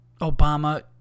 Obama